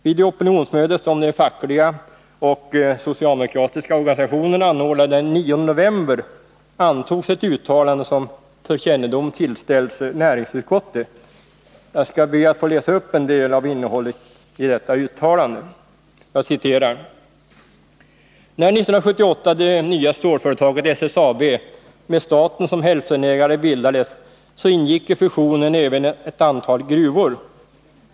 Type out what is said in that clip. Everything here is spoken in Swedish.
Vid det opinionsmöte som de fackliga och de socialdemokratiska organisationerna anordnade den 9 november antogs ett uttalande som för kännedom tillställdes näringsutskottet. Jag skall be att få läsa upp en del av innehållet i detta uttalande. ”När 1978 det nya stålföretaget SSAB med staten som hälftenägare bildades, så ingick i fusionen även ett antal gruvor.